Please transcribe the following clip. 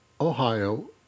ohio